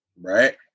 right